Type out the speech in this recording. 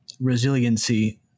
resiliency